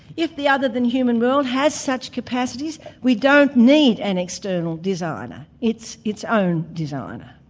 if the other-than-human world has such capacities, we don't need an external designer, it's its own designer.